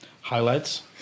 Highlights